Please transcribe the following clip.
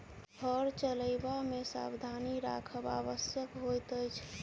हर चलयबा मे सावधानी राखब आवश्यक होइत अछि